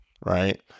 Right